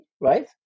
right